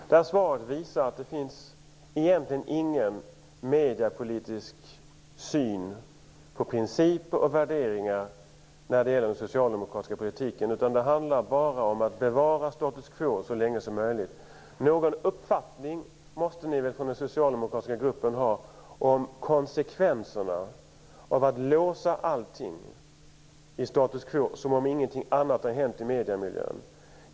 Fru talman! Det svaret visar att det i den socialdemokratiska politiken egentligen inte finns någon mediepolitisk syn på principer och värderingar, utan det handlar bara om att bevara status quo så länge som möjligt. Någon uppfattning måste väl ni i den socialdemokratiska gruppen ha om konsekvenserna av att låsa allting i status quo, som om ingenting hade hänt i mediemiljön.